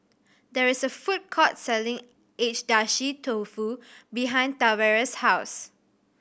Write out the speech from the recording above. there is a food court selling Agedashi Dofu behind Tavares' house